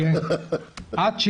גם אני מצטרף לברכות ומאחל לך הרבה הצלחה